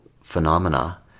phenomena